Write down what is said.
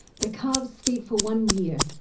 the calves feed for one year.